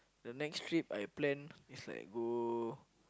the next trip I plan is like go